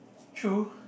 true